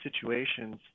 situations